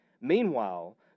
Meanwhile